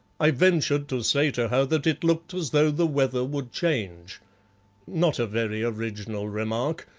i ventured to say to her that it looked as though the weather would change not a very original remark,